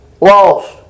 Lost